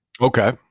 Okay